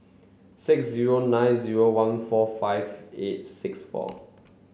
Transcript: six zero nine zero one four five eight six four